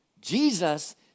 jesus